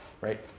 right